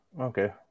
Okay